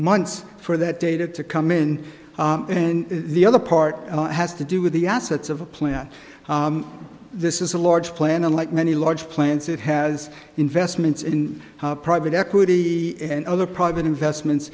months for that data to come in and the other part has to do with the assets of a plan this is a large plan and like many large plans it has investments in private equity and other prague and investments